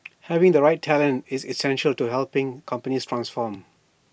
having the right talent is essential to helping companies transform